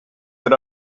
that